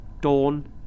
Dawn